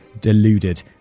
deluded